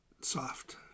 soft